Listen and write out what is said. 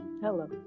Hello